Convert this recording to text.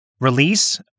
Release